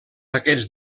aquests